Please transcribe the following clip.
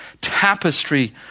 tapestry